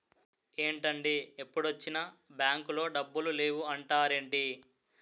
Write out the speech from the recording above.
ఏంటండీ ఎప్పుడొచ్చినా బాంకులో డబ్బులు లేవు అంటారేంటీ?